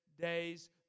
days